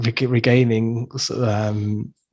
regaining